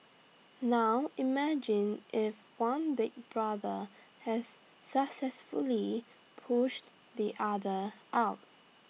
now imagine if one Big Brother has successfully pushed the other out